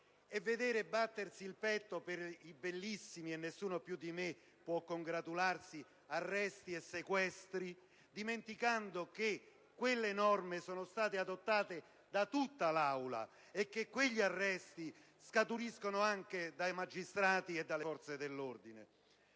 e vedere battersi il petto per i bellissimi - e nessuno più di me può congratularsi - arresti e sequestri, dimenticando che quelle norme sono state adottate da tutta l'Assemblea e che quegli arresti scaturiscono anche dall'attività dei magistrati e delle forze dell'ordine.